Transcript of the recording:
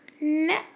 No